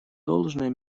должное